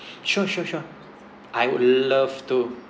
sure sure sure I would love to